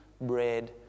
bread